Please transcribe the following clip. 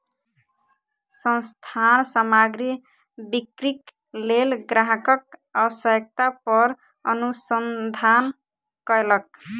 संस्थान सामग्री बिक्रीक लेल ग्राहकक आवश्यकता पर अनुसंधान कयलक